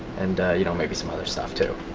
and you know maybe some other stuff too